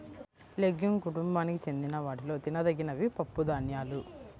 legume కుటుంబానికి చెందిన వాటిలో తినదగినవి పప్పుధాన్యాలు